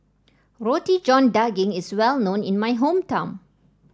Roti John Daging is well known in my hometown